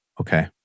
okay